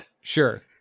sure